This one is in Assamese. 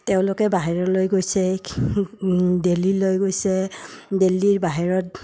তেওঁলোকে বাহিৰলৈ গৈছে দেল্লী লৈ গৈছে দেল্লীৰ বাহিৰত